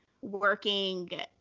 working